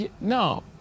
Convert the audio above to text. No